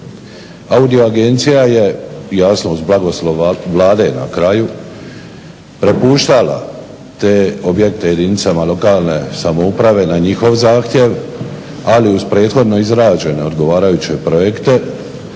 Audio agencija je, jasno uz blagoslov Vlade na kraju, prepuštala te objekte jedinicama lokalne samouprave na njihov zahtjev, ali uz prethodno izrađene odgovarajuće projekte,